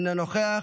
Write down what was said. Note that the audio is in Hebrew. אינו נוכח,